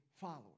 followers